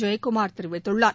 ஜெயகுமார் தெரிவித்துள்ளார்